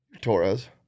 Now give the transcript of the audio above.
Torres